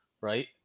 right